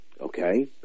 okay